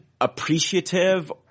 appreciative